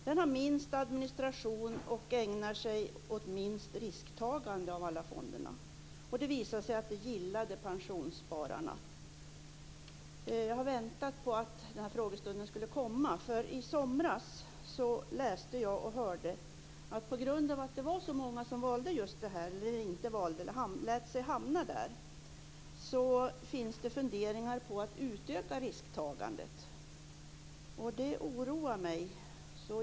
Den har minst administration och ägnar sig åt minst risktagande av alla fonder, och det gillade pensionsspararna. Jag har väntat på den här frågestunden. I somras läste jag och hörde talas om att på grund av det var så många som inte valde och lät sig hamna i Sjunde AP fonden finns det funderingar på att utöka risktagandet, och det oroar mig.